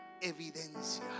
evidencia